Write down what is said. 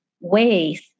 ways